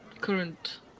current